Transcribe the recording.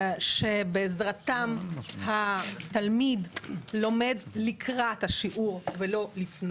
שבעזרתם התלמיד לומד לקראת השיעור ולא אחריו.